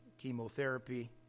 chemotherapy